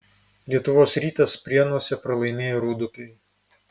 lietuvos rytas prienuose pralaimėjo rūdupiui